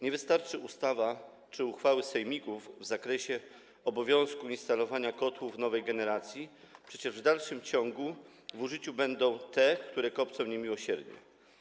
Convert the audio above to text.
Nie wystarczy ustawa czy uchwały sejmików w zakresie obowiązku instalowania kotłów nowej generacji, przecież w dalszym ciągu w użyciu będą te, które kopcą niemiłosiernie.